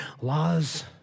laws